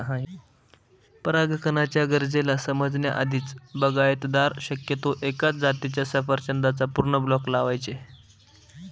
परागकणाच्या गरजेला समजण्या आधीच, बागायतदार शक्यतो एकाच जातीच्या सफरचंदाचा पूर्ण ब्लॉक लावायचे